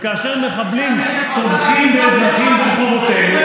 וכאשר מחבלים טובחים באזרחים ברחובותינו,